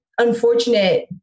unfortunate